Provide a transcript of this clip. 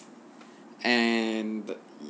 and